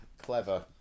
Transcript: Clever